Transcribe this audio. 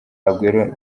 aguero